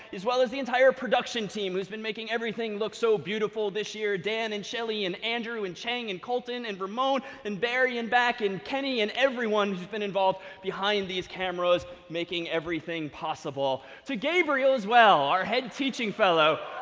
as well as the entire production team, who's been making everything look so beautiful this year. dan in chile, and andrew, and cheng, and colton, and ramon, and barry in back, and kenny and everyone who's been involved behind these cameras, making everything possible. to gabriel, as well, our head teaching fellow.